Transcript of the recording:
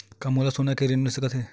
का मोला सोना ले ऋण मिल सकथे?